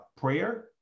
prayer